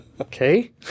Okay